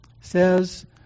says